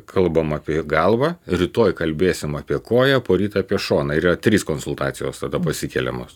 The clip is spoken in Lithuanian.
kalbam apie galvą rytoj kalbėsim apie koją poryt apie šoną yra trys konsultacijos tada pasikeliamos